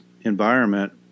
environment